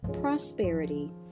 Prosperity